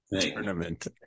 tournament